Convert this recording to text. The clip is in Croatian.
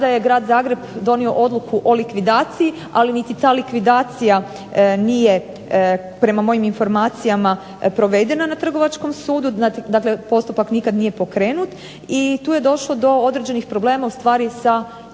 tada je grad Zagreb donio odluku o likvidaciji, ali niti ta likvidacija nije prema mojim informacijama provedena na Trgovačkom sudu, dakle postupak nikad nije pokrenut i tu je došlo do određenih problema, ustvari sa imovinom